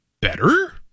better